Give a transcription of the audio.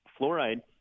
Fluoride